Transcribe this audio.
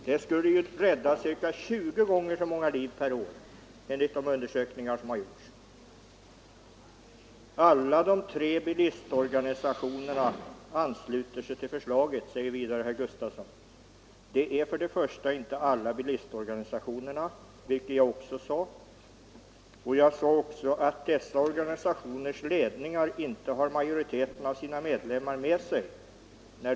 Det skulle rädda ca 20 gånger så många människoliv per år, enligt gjorda undersökningar. Samtliga de tre bilistorganisationerna ansluter sig till förslaget, sade herr Gustafson vidare. Nu är det inte samtliga bilistorganisationer som har sagt ja till detta tvångsförslag, och i de organisationer som har gjort det har ledningarna inte majoriteten av sina medlemmar med sig.